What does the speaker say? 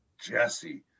Jesse